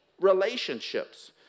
relationships